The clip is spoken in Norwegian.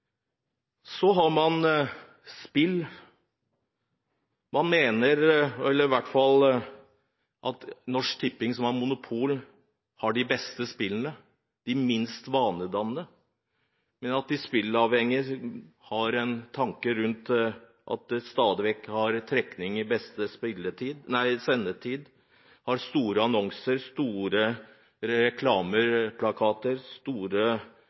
Så mener man at Norsk Tipping, som har monopol, har de beste spillene, de minst vanedannende. Men at de spilleavhengige har tanker rundt at det stadig vekk er trekning i beste sendetid, at man har store annonser, store reklameplakater, store